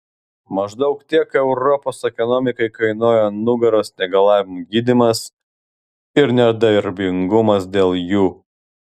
maždaug tiek europos ekonomikai kainuoja nugaros negalavimų gydymas ir nedarbingumas dėl jų